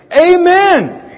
Amen